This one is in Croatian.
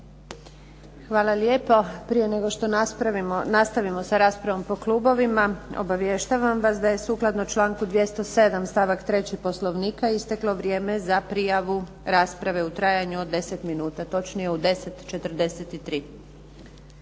Hvala lijepo. Prije nego što nastavimo sa raspravom po klubovima, obavještavam vas da je sukladno članku 207. stavak 3. Poslovnika isteklo vrijeme za prijavu rasprave u trajanju od 10 minuta, točnije u 10,43.